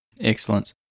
excellent